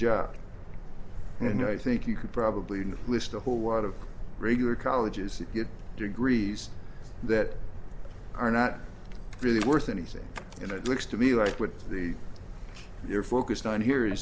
job and i think you could probably not list a whole lot of regular colleges that get degrees that are not really worth anything and it looks to me like what the you're focused on here i